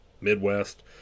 Midwest